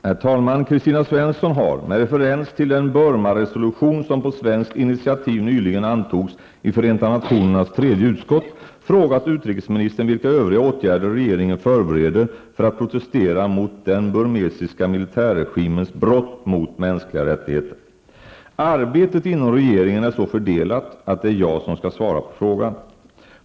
Herr talman! Kristina Svensson har, med referens till den Burma-resolution som på svenskt initiativ nyligen antogs i Förenta nationernas tredje utskott, frågat utrikesministern vilka övriga åtgärder regeringen förbereder för att protestera mot den burmesiska militärregimens brott mot mänskliga rättigheter. Arbetet inom regeringen är så fördelat att det är jag som skall svara på frågan.